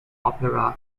opera